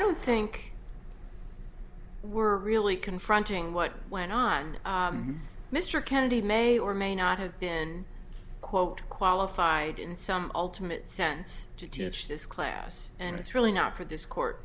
don't think were really confronting what went on mr kennedy may or may not have been quote qualified in some ultimate sense to just this class and it's really not for this court